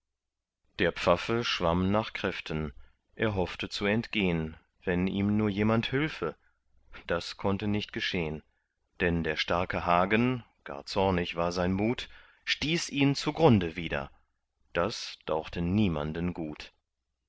der pfaffe schwamm nach kräften er hoffte zu entgehn wenn ihm nur jemand hülfe das konnte nicht geschehn denn der starke hagen gar zornig war sein mut stieß ihn zu grunde wieder das dauchte niemanden gut